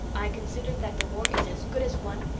i consider that the war is as good as won,